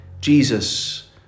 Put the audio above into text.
Jesus